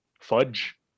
Fudge